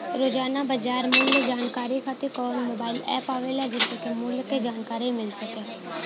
रोजाना बाजार मूल्य जानकारी खातीर कवन मोबाइल ऐप आवेला जेसे के मूल्य क जानकारी मिल सके?